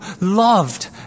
loved